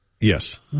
Yes